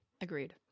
Agreed